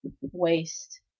waste